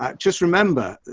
um just remember,